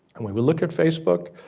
and we we look at facebook,